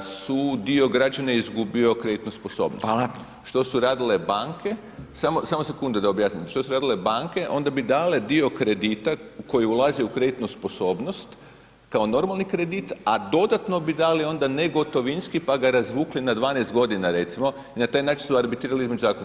su dio građana je izgubio kreditnu sposobnost [[Upadica: Hvala.]] što su radile banke, samo sekundu da objasnim, što su radile banke onda bi dale dio kredita koji ulazi u kreditnu sposobnost kao normalni kredit, a dodatno bi dali ona negotovinski pa ga razvukli na 12 godina recimo i na taj način su arbitrirali između zakona.